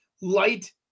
light